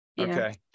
Okay